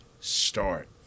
start